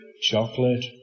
Chocolate